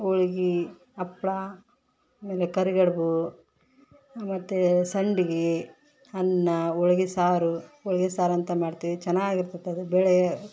ಹೋಳ್ಗಿ ಹಪ್ಳ ಆಮೇಲೆ ಕರಿಗಡಬು ಮತ್ತು ಸಂಡಿಗೆ ಅನ್ನ ಹೋಳ್ಗಿ ಸಾರು ಹೋಳ್ಗೆ ಸಾರಂತ ಮಾಡ್ತೀವಿ ಚೆನ್ನಾಗಿ ಇರ್ತೈತದು ಬೇಳೆ